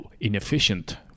inefficient